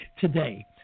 today